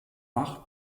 bach